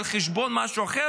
על חשבון משהו אחר,